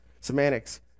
semantics